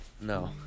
No